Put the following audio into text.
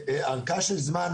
שהארכה של זמן,